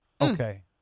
Okay